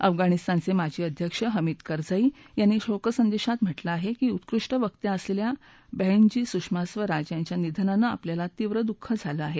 अफगाणिसतानचे माजी अध्यक्ष हमीद करझई यांनी शोकसंदेशात म्हटलंय की उत्कृष्ट वकत्या असलेल्या बहनजी सुषमा स्वराज यांच्या निधनानं आपल्याला तीव्र दुःख झालं आहे